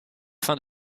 fin